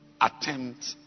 Attempt